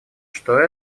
что